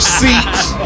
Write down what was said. seats